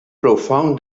profound